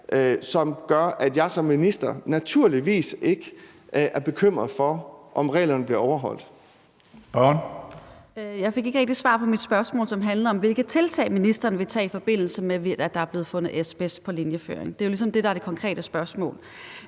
næstformand (Karsten Hønge): Spørgeren. Kl. 16:00 Theresa Scavenius (UFG): Jeg fik ikke rigtig svar på mit spørgsmål, som handlede om, hvilke tiltag ministeren ville tage, i forbindelse med at der er blevet fundet asbest på linjeføringen. Det er jo ligesom det, der er det konkrete spørgsmål.